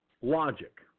logic